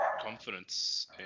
confidence